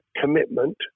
commitment